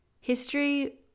History